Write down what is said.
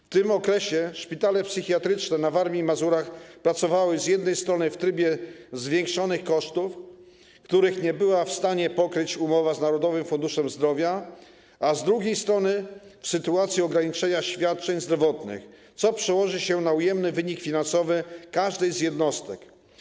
W tym okresie szpitale psychiatryczne na Warmii i Mazurach pracowały z jednej strony w trybie zwiększonych kosztów, których nie była w stanie pokryć umowa z Narodowym Funduszem Zdrowia, a z drugiej strony w sytuacji ograniczania świadczeń zdrowotnych, co przełożyło się na ujemny wynik finansowy każdej z jednostek.